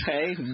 okay